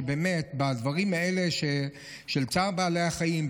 בדברים האלה של צער בעלי החיים,